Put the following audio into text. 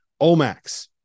Omax